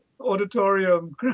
auditorium